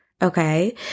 Okay